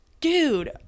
dude